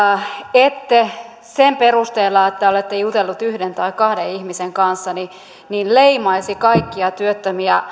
ette sen perusteella että olette jutelleet yhden tai kahden ihmisen kanssa leimaisi kaikkia työttömiä